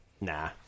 Nah